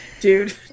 dude